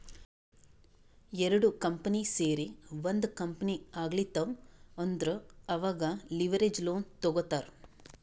ಎರಡು ಕಂಪನಿ ಸೇರಿ ಒಂದ್ ಕಂಪನಿ ಆಗ್ಲತಿವ್ ಅಂದುರ್ ಅವಾಗ್ ಲಿವರೇಜ್ ಲೋನ್ ತಗೋತ್ತಾರ್